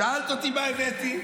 שאלת אותי מה הבאתי.